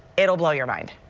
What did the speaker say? it'll blow your mind.